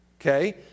Okay